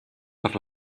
per